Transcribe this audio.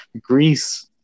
Greece